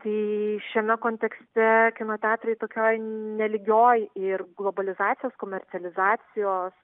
tai šiame kontekste kino teatrai tokioj nelygioj ir globalizacijos komercializacijos